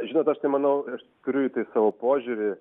žinot aš tai manau aš turiu į tai savo požiūrį